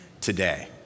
today